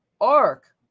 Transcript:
ARK